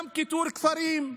גם כיתור כפרים,